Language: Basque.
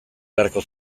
beharko